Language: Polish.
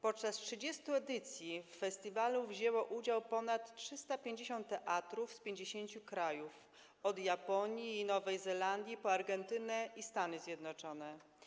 Podczas 30 edycji w festiwalu wzięło udział ponad 350 teatrów z 50 krajów - od Japonii i Nowej Zelandii po Argentynę i Stany Zjednoczone.